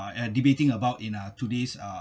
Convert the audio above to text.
uh debating about in uh today's uh